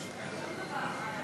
התקבל.